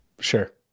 sure